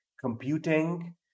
computing